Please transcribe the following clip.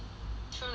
true lah true